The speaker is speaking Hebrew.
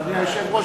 אדוני היושב-ראש,